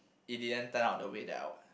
in the end turn out the way that I would